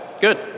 Good